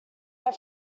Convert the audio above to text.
had